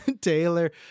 taylor